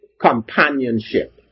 companionship